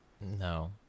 No